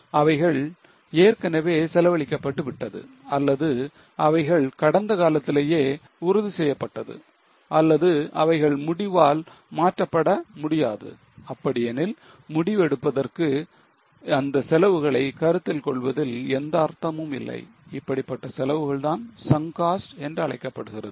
அவைகள் ஏற்கனவே செலவழிக்கப்பட்டு விட்டது அல்லது அவைகள் கடந்த காலத்திலேயே உறுதிசெய்யப்பட்டது அல்லது அவைகள் முடிவால் மாற்றப்பட முடியாது அப்படியெனில் முடிவு எடுப்பதற்கு அந்த செலவுகளை கருத்தில் கொள்வதில் எந்த அர்த்தமும் இல்லை இப்படிப்பட்ட செலவுகள் தான் sunk costs என்று அழைக்கப்படுகிறது